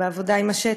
בעבודה בשטח,